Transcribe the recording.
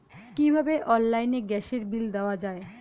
কিভাবে অনলাইনে গ্যাসের বিল দেওয়া যায়?